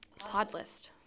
Podlist